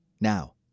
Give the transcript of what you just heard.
Now